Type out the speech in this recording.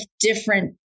different